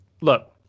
look